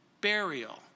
burial